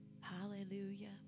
hallelujah